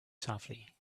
softly